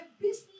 business